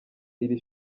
iri